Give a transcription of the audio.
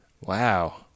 Wow